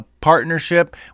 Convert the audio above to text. partnership